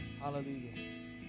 Hallelujah